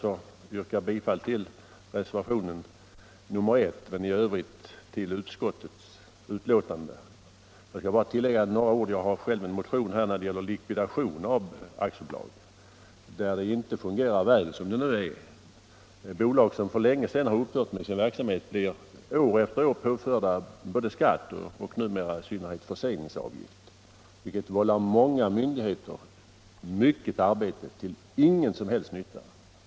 Jag yrkar bifall till reservationen 1 och i övrigt till utskottets hemställan. Låt mig bara tillägga några ord. Jag har själv väckt en motion om likvidation av aktiebolag. Den nuvarande ordningen fungerar inte väl. Bolag som för länge sedan upphört med sin verksamhet blir år efter år påförda både skatt och numera i synnerhet förseningsavgift, vilket vållar många myndigheter mycket arbete till ingen som helst nytta.